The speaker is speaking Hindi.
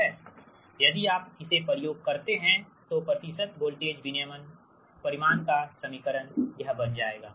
यदि आप इसे प्रयोग करते हैं तो प्रतिशत वोल्टेज विनियमन परिमाण का समीकरण यह बन जाएगा